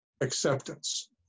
acceptance